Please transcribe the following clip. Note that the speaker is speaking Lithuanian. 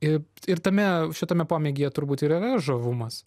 ir ir tame šitame pomėgyje turbūt yra žavumas